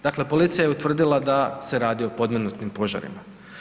Dakle, policija je utvrdila da se radi o podmetnutim požarima.